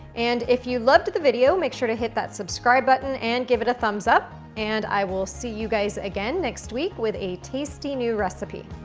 and if you loved the video, make sure to hit that subscribe button and give it a thumbs up, and i will see you guys again next week with a tasty new recipe.